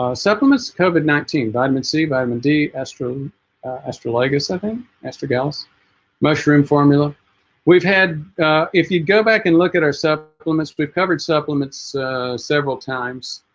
ah supplements covid nineteen vitamin c vitamin d astral astral i guess i mean astragalus mushroom formula we've had if you go back and look at our supplements we've covered supplements several times